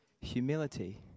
humility